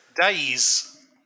Days